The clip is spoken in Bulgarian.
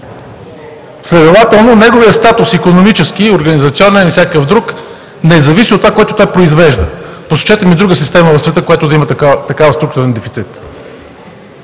следователно неговият статус – икономически, организационен и всякакъв друг, не зависи от това, което той произвежда. Посочете ми друга система в света, която да има такъв структурен дефицит.